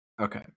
Okay